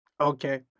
Okay